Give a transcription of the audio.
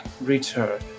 return